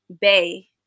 bay